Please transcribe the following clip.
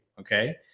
okay